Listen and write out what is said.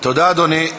תודה, אדוני.